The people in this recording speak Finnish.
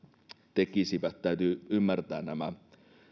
tekisivät täytyy ymmärtää nämä